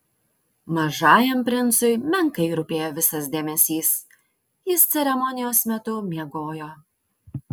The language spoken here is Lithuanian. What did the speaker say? mažajam princui menkai rūpėjo visas dėmesys jis ceremonijos metu miegojo